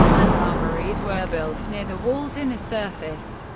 and armories were built near the wall's inner surface.